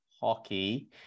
Hockey